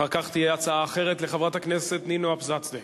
אחר כך תהיה הצעה אחרת לחברת הכנסת נינו אבסדזה.